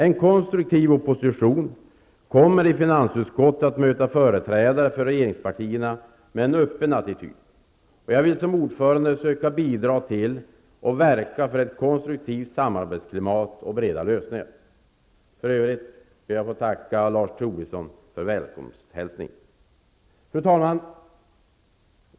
En konstruktiv opposition kommer i finansutskottet att möta företrädare för regeringspartierna med en öppen attityd. Jag vill som ordförande söka bidra till och verka för ett konstruktivt samarbetsklimat och breda lösningar. För övrigt ber jag att få tacka Lars Tobisson för välkomsthälsningen. Fru talman!